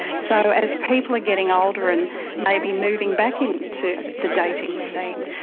so as people are getting older and maybe moving back into the dating scene,